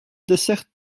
desserte